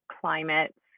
climates